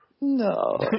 No